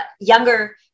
younger